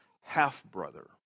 half-brother